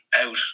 out